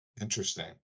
interesting